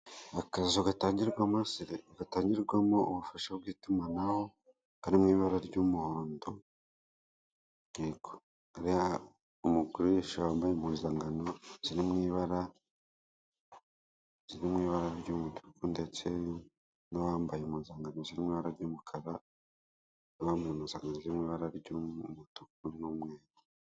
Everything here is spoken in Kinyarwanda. Akazu gatangirwamo ubufasha bw'itumanaho kari mu ibara ry'umuhondo, yego. Harimo umugurisha wambaye impuzankano ziri mu ibara ry'umutu, ndetse n'uwambaye impuzankano ziri mu ibara ry'umukara; ndeste n'uwambaye impuzanko ziri mu ibara ry'umutuku n'umweru.